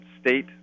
state